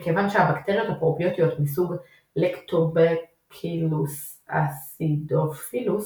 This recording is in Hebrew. מכיוון שהבקטריות הפרוביוטיות מסוג Lactobacillus acidophilus